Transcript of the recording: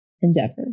endeavor